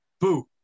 Boo